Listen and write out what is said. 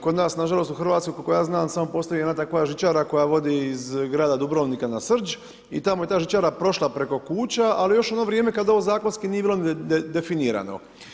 Kod nas, nažalost u Hrvatskoj, koliko ja znam, samo postoji jedna takva žičara, koja vodi iz grada Dubrovnika na Srž i tako je ta žičara prošla preko kuća ali još u ono vrijeme kada ovo zakonsko nije bilo definirano.